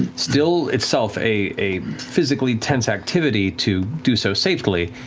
still itself a a physically tense activity to do so safely,